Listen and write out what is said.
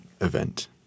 event